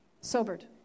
Sobered